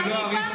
אני לא אאריך,